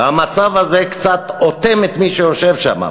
והמצב הזה קצת אוטם את מי שיושב שם,